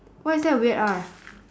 why is there a weird R